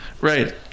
Right